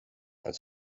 and